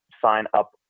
sign-up